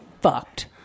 fucked